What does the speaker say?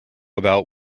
about